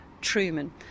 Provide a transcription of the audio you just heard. Truman